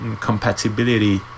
compatibility